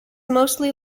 mostly